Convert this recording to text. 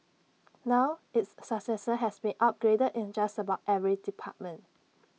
now its successor has been upgraded in just about every department